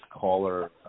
caller